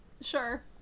Sure